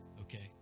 okay